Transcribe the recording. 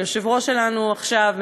היושב-ראש שלנו עכשיו,